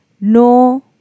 no